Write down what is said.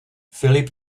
filip